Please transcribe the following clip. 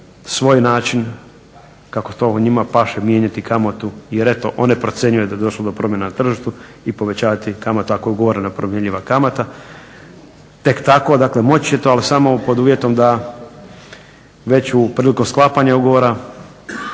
svoj način kako to njima paše mijenjati kamatu, jer eto one procjenjuju da je došlo do promjena na tržištu i povećavati kamatu ako je ugovorena promjenjiva kamata tek tako, dakle moći će to ali samo pod uvjetom da već u, prilikom sklapanja ugovora